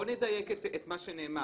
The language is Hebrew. בואו נדייק את מה שנאמר.